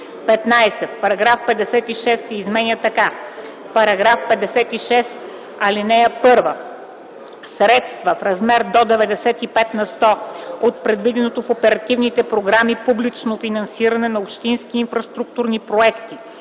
15. Параграф 56 се изменя така: „§ 56 (1) Средства в размер до 95 на сто от предвиденото в оперативните програми публично финансиране на общински инфраструктурни проекти,